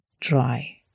dry